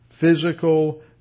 physical